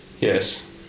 Yes